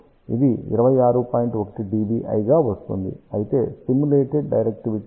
1 dBi గా వస్తుంది అయితే స్టిములేటేడ్ డైరెక్టివిటీ 25